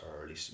early